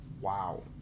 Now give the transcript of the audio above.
Wow